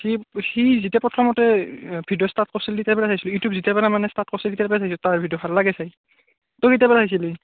সি সি যেতিয়া প্ৰথমতে ভিডিঅ' ষ্টাৰ্ট কৰিছিল তেতিয়াৰ পৰাই চাইছিলোঁ ইউটিউব যেতিয়াৰ পৰা মানে ষ্টাৰ্ট কৰিছিল তেতিয়াৰ পৰা চাইছোঁ তাৰ ভিডিঅ' ভাল লাগে চাই তই কেতিয়াৰ পৰা চাইছিলি